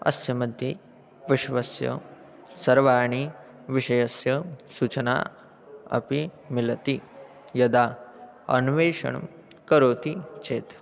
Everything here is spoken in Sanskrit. अस्य मध्ये विश्वस्य सर्वाणि विषयस्य सुचना अपि मिलति यदा अन्वेषणं करोति चेत्